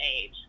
age